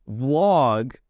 vlog